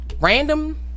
random